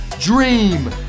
dream